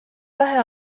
vähe